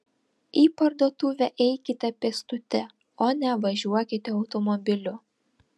į parduotuvę eikite pėstute o ne važiuokite automobiliu